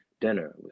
dinner